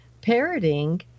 parroting